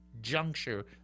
juncture